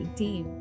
team